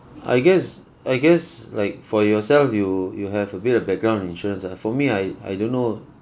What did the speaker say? I guess I guess like for yourself you you have a bit of background in insurance lah for me I I don't know